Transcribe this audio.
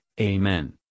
Amen